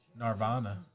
Narvana